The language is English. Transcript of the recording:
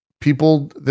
people